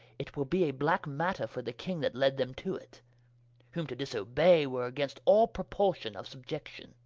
it will be a black matter for the king, that led them to it who to disobey, were against all proportion of subiection